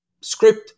script